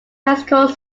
mexico